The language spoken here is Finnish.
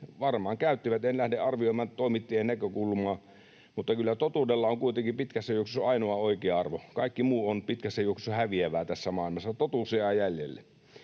varmaan käyttivät, en lähde arvioimaan toimittajien näkökulmaa — mutta kyllä totuudella on kuitenkin pitkässä juoksussa ainoa oikea arvo. Kaikki muu on pitkässä juoksussa häviävää tässä maailmassa, totuus jää jäljelle.